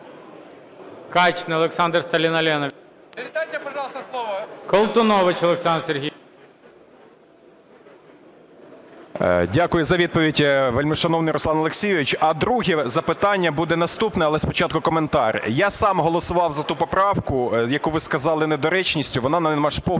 Дякую за відповідь, вельмишановний Руслан Олексійович. А друге запитання буде наступне, але спочатку коментар. Я сам голосував за ту поправку, яку ви сказали "недоречність". Вона, на наш погляд,